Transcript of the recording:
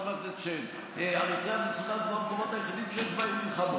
חבר הכנסת שיין: אריתריאה וסודאן הם לא המקומות היחידים שיש בהם מלחמות.